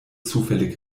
zufällig